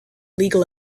legal